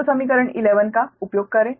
तो समीकरण 11 का उपयोग करें